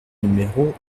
numéro